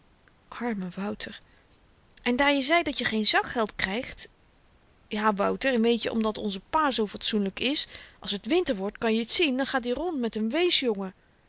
arme wouter en daar je zei dat je geen zakgeld krygt ja wouter en weetje omdat onze pa zoo fatsoenlyk is als t winter wordt kan je t zien dan gaat i rond met n